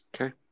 Okay